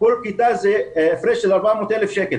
כל כיתה זה הפרש של 400,000 שקל.